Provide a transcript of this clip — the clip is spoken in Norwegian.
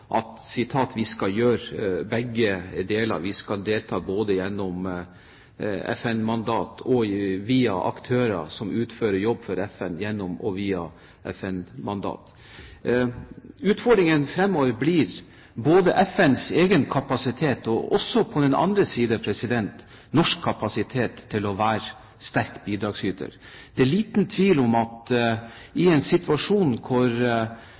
at vi skal gjøre begge deler – vi skal delta både gjennom FN-mandat og via aktører som utfører jobb for FN gjennom og via FN-mandat. Utfordringen fremover blir både FNs egen kapasitet og – på den andre siden – norsk kapasitet til å være sterk bidragsyter. Det er liten tvil om at i en situasjon